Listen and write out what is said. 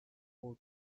four